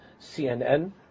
CNN